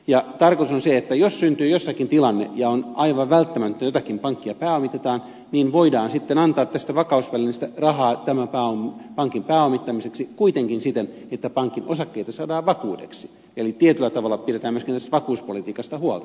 tarkoitus on se että jos syntyy jossakin tilanne ja on aivan välttämätöntä että jotakin pankkia pääomitetaan niin voidaan sitten antaa tästä vakausvälineestä rahaa tämän pankin pääomittamiseksi kuitenkin siten että pankin osakkeita saadaan vakuudeksi eli tietyllä tavalla pidetään myöskin tästä vakuuspolitiikasta huolta